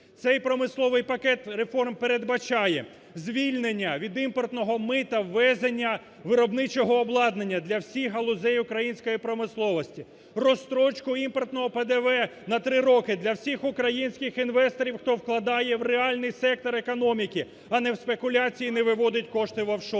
Цей промисловий пакет реформ передбачає звільнення від імпортного мита ввезення виробничого обладнання для всіх галузей української промисловості. Розстрочку імпортного ПДВ на три роки для всіх українських інвесторів, хто вкладає в реальний сектор економіки, а не в спекуляції, не виводить кошти в офшори.